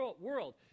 world